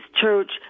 church